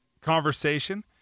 conversation